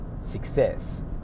success